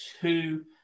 two